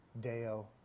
Deo